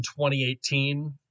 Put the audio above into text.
2018